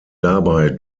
dabei